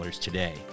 today